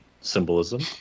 Symbolism